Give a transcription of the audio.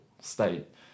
state